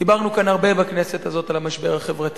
דיברנו כאן הרבה, בכנסת הזאת, על המשבר החברתי: